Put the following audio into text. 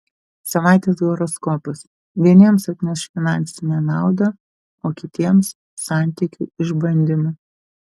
savaitės horoskopas vieniems atneš finansinę naudą o kitiems santykių išbandymą